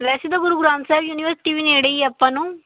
ਵੈਸੇ ਤਾਂ ਗੁਰੂ ਗ੍ਰੰਥ ਸਾਹਿਬ ਯੂਨੀਵਰਸਿਟੀ ਵੀ ਨੇੜੇ ਹੀ ਆ ਆਪਾਂ ਨੂੰ